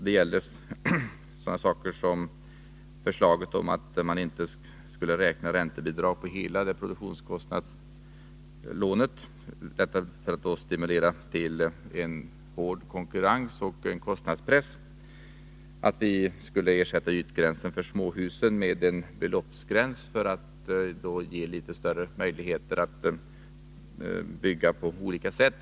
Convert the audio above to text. Det gäller t.ex. förslaget att man inte skall räkna räntebidrag på hela produktionskostnadslånet, för att därigenom stimulera till en hård konkurrens och kostnadspress. Ett annat exempel är att vi vill ersätta ytgränsen för småhus med en beloppsgräns, för att ge människorna litet större möjligheter att bygga på olika sätt.